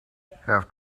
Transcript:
after